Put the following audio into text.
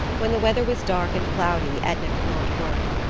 when the weather was dark and cloudy edna could not work.